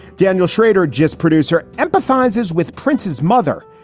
daniel shrader, just producer, empathizes with prince's mother.